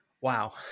wow